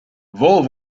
wol